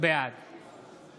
בעד